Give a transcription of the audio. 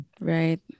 Right